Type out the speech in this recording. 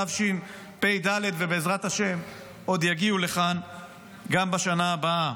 בתשפ"ד ובעזרת השם עוד יגיעו לכאן גם בשנה הבאה.